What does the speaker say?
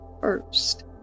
first